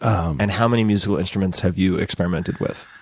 and how many musical instruments have you experimented with?